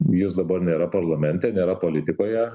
jis dabar nėra parlamente nėra politikoje